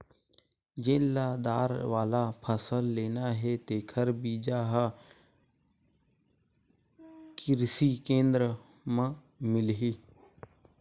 जेन ल दार वाला फसल लेना हे तेखर बीजा ह किरसी केंद्र म मिलही